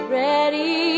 ready